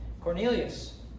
Cornelius